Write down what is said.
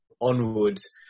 onwards